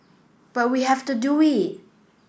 but we have to do it